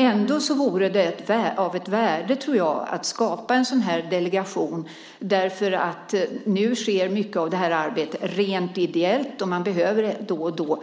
Ändå vore det av värde att skapa en sådan delegation därför att mycket av detta arbete nu sker rent ideellt, och man behöver lite då och då